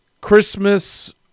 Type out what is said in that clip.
Christmas